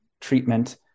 treatment